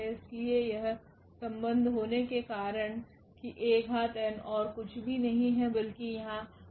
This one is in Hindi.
इसलिए यह संबंध होने के कारण कि 𝐴𝑛 ओर कुछ भी नहीं है बल्कि यहां Dn है